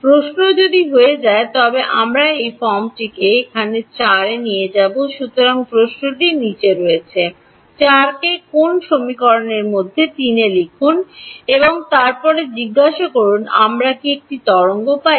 প্রশ্নটি যদি হয়ে যায় তবে আমরা এই ফর্মটি এখানে 4 এ নিয়ে যাব সুতরাং প্রশ্নটি নীচে রয়েছে 4 কে কোন সমীকরণের মধ্যে 3 লিখুন এবং তারপরে জিজ্ঞাসা করুন আমরা কি একটি তরঙ্গ পাই